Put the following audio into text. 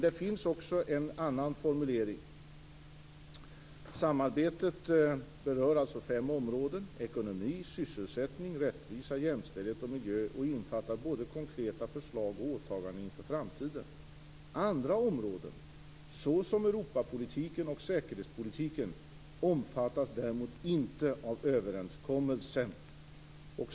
Det finns också en annan formulering: "Samarbetet berör fem områden - ekonomi, sysselsättning, rättvisa, jämställdhet och miljö - och innefattar både konkreta förslag och åtaganden för framtiden. Andra områden som t.ex. Europapolitiken och säkerhetspolitiken omfattas däremot inte av överenskommelsen".